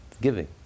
giving